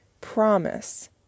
promise